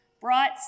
brought